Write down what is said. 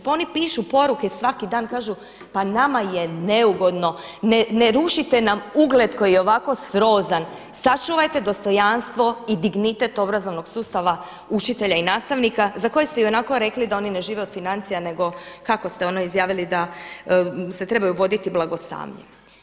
Pa oni pišu poruke svaki dan, kažu pa nama je neugodno, ne rušite nam ugled koji je i ovako srozan, sačuvajte dostojanstvo i dignitet obrazovanog sustava učitelja i nastavnika za koje ste i onako rekli da oni ne žive od financija nego kako ste ono izjavili da se trebaju voditi blagostanjem.